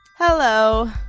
Hello